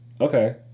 okay